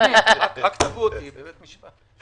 רק תבעו אותי בבית משפט.